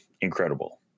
incredible